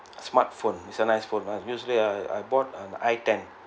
smartphone is a nice phone usually I I bought a I_ten